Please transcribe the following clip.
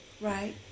Right